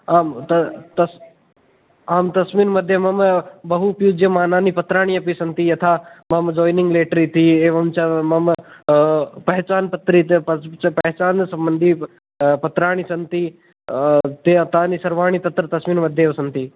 आम् आम् तस्मिन् मध्ये मम बहु उपयुज्यमानानि पत्राणि अपि सन्ति यथा मम जायिनिङ्ग् लेटर् इति एवं च मम पहेचान् पत्र इति पहेचान् सम्बन्धि पत्राणि सन्ति ते तानि सर्वाणि तत्र तस्मिन् मध्येव सन्ति